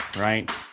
right